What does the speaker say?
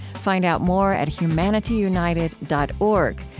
find out more at humanityunited dot org,